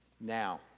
Now